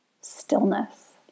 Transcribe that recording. stillness